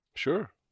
sure